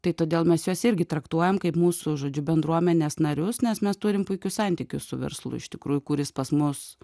tai todėl mes juos irgi traktuojam kaip mūsų žodžiu bendruomenės narius nes mes turim puikius santykius su verslu iš tikrųjų kuris pas mus